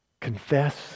confess